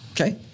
Okay